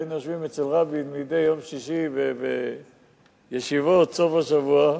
היינו יושבים אצל רבין מדי יום שישי בישיבות סוף השבוע,